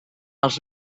els